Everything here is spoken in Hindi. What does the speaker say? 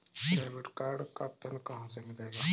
डेबिट कार्ड का पिन कहां से मिलेगा?